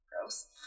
Gross